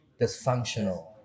dysfunctional